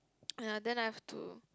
ya then I've to